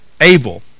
Abel